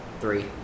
three